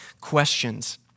questions